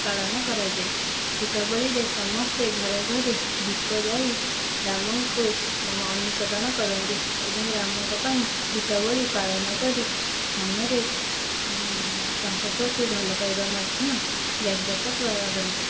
ପାଳନ କରାଯାଏ ଦୀପାବଳିରେ ସମସ୍ତେ ଘରେ ଘରେ ଦୀପ ଜାଳି ରାମଙ୍କୁ ଅନୁସରଣ କରନ୍ତି ଏବଂ ରାମଙ୍କ ପାଇଁ ଦୀପାବଳୀ ପାଳନ କରି ମନରେ ତାଙ୍କ ପ୍ରତି ଭଲ ପାଇବା ମଧ୍ୟ ଜାଗ୍ରତ କରନ୍ତି